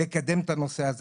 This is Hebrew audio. לקדם את הנושא הזה,